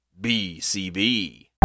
BCB